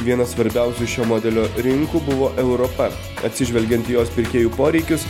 vienas svarbiausių šio modelio rinkų buvo europa atsižvelgiant į jos pirkėjų poreikius